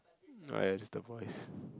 oh ya just the voice